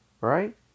Right